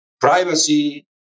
privacy